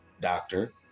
doctor